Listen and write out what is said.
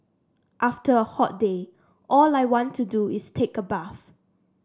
after a hot day all I want to do is take a bath